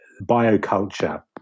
bioculture